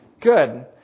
good